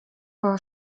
war